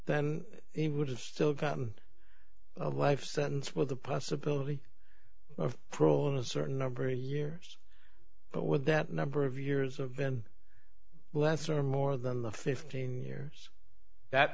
then he would have still gotten a life sentence with the possibility of parole in a certain number of years but with that number of years have been less or more than the fifteen years that